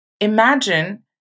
Imagine